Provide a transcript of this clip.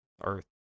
Earth